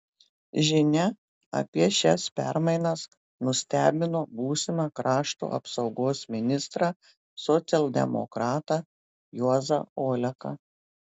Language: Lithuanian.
žinia apie šias permainas nustebino būsimą krašto apsaugos ministrą socialdemokratą juozą oleką